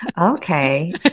Okay